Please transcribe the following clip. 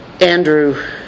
Andrew